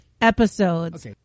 episodes